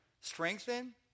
strengthen